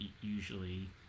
usually